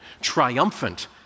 triumphant